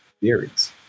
theories